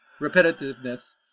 repetitiveness